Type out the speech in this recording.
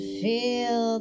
feel